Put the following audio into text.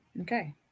Okay